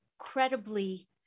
incredibly